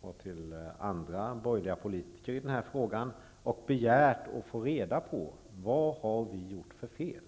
och till andra borgerliga politiker i denna fråga och begärt att få reda på vad de har gjort för fel.